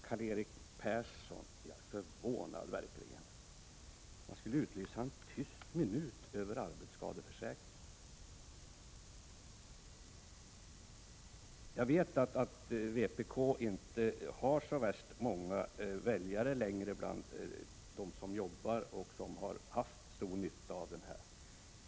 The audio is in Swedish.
Karl-Erik Persson gör mig verkligen förvånad. Han föreslår att man skulle utlysa en tyst minut över arbetsskadeförsäkringen. Jag vet att vpk inte längre har så värst många väljare bland dem som är arbetare och som har haft stor nytta av denna försäkring.